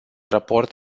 raport